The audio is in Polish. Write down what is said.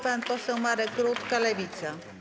Pan poseł Marek Rutka, Lewica.